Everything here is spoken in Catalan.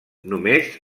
només